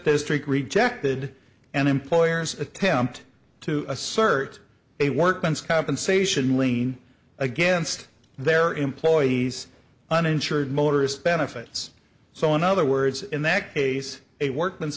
district rejected an employer's attempt to assert a workman's compensation lien against their employees uninsured motorist benefits so in other words in that case it work